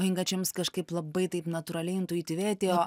o inga čia jums kažkaip labai taip natūraliai intuityviai atėjo